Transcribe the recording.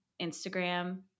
Instagram